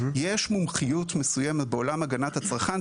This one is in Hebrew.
יש מומחיות מסוימת בעולם של הגנת הצרכן,